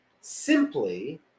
Simply